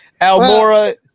Almora